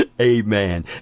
Amen